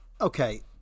Okay